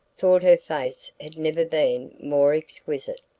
thought her face had never been more exquisite.